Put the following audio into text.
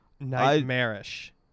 nightmarish